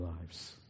lives